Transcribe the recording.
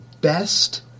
best